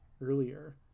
earlier